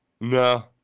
No